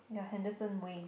the Henderson-Wave